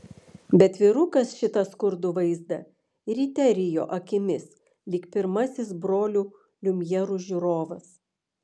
bet vyrukas šitą skurdų vaizdą ryte rijo akimis lyg pirmasis brolių liumjerų žiūrovas